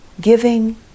Giving